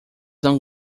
não